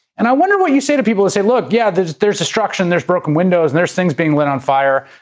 and i wonder what you say to people who say, look. yeah, there's there's destruction, there's broken windows. there's things being lit on fire,